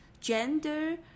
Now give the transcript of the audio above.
gender